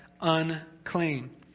unclean